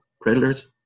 predators